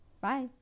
bye